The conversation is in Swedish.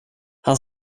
han